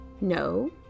no